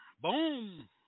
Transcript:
Boom